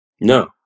No